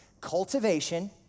Cultivation